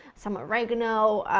some oregano,